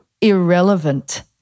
irrelevant